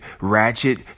ratchet